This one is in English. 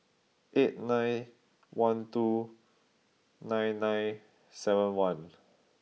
eight nine one two nine nine seven one